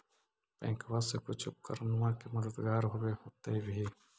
बैंकबा से कुछ उपकरणमा के मददगार होब होतै भी?